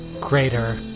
greater